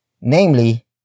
namely